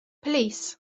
police